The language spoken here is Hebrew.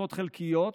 במשרות חלקיות,